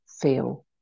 feel